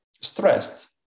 stressed